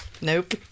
nope